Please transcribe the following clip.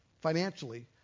financially